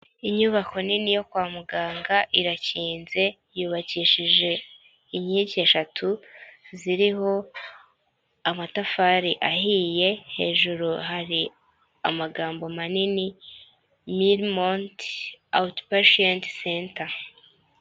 Inyubako nini yo kwa muganga irakinze yubakishije inkigi eshatu ziriho amatafari ahiye, hejuru hari amagambo manini miri monte awutipashiyenti senta.